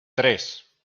tres